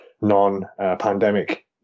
non-pandemic